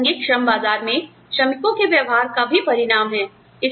यह प्रासंगिक श्रम बाजार में श्रमिकों के व्यवहार का भी परिणाम है